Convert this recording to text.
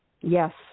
Yes